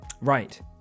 Right